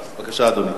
בבקשה, אדוני.